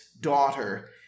daughter